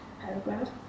paragraph